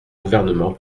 gouvernement